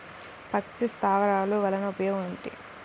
పక్షి స్థావరాలు వలన ఉపయోగం ఏమిటి?